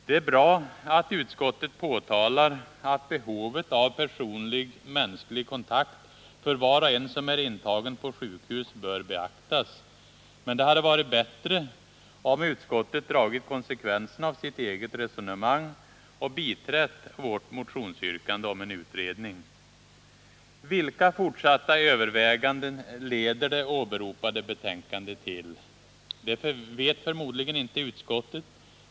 Det är bra att utskottet påpekar att behovet av personlig, mänsklig kontakt för var och en som är intagen på sjukhus bör beaktas. Men det hade varit bättre om utskottet dragit konsekvensen av sitt eget resonemang och biträtt vårt motionsyrkande om en utredning. Vilka fortsatta överväganden leder det åberopade betänkandet till? Det vet förmodligen inte utskottet.